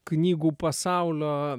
knygų pasaulio